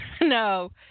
No